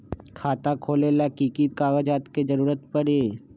खाता खोले ला कि कि कागजात के जरूरत परी?